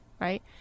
Right